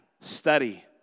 study